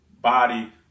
body